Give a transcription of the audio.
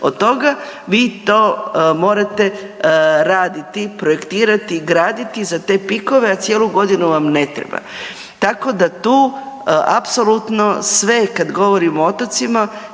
od toga, vi to morate raditi, projektirati i graditi za te pikove, a cijelu godinu vam ne treba. Tako da tu apsolutno sve kad govorimo o otocima